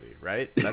right